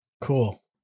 Cool